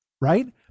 right